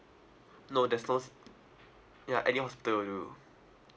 no there's no yeah any hospital will do